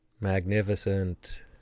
magnificent